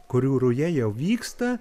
kurių ruja jau vyksta